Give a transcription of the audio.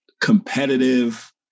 competitive